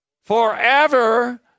forever